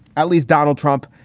at least donald trump,